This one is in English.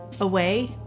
away